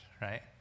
right